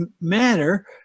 manner